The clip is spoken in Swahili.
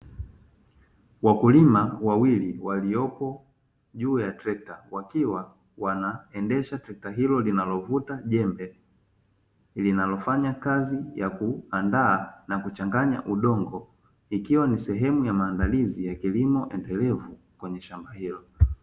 Wakulima wawili waliopo juu ya trekta wakiwa wa naendesha trekta hilo linalovuta jembe linalofanya kazi ya kuandaa na kuchanganya udongo ikiwa ni sehemu ya maandalizi ya kilimo endelevu kwenye shamba hilo.